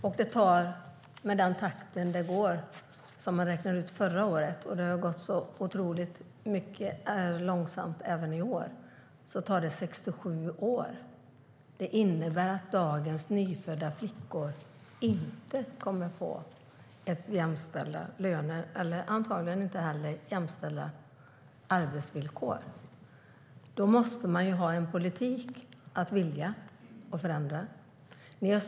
Med nuvarande takt, som räknades ut förra året, tar det 67 år innan detta jämnas ut. Det innebär att dagens nyfödda flickor inte kommer att få jämställda löner och antagligen inte heller jämställda arbetsvillkor. Då måste man ha en politik för att vilja förändra.